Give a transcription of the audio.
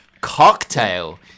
Cocktail